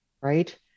right